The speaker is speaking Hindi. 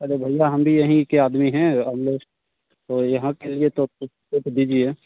अरे भैया हम भी यहीं के आदमी हैं तो यहाँ के लिए तो कुछ कुछ दीजिए